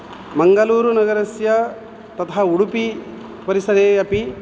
मङ्गलूरुनगरस्य तथा उडुपीपरिसरे अपि